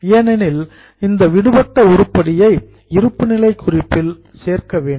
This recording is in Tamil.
ஏனெனில் இந்த விடுபட்ட உருப்படியை இருப்புநிலை குறிப்பில் சேர்க்க வேண்டும்